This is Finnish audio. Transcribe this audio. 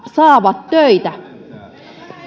saavat töitä